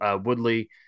Woodley